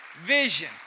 vision